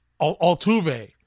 Altuve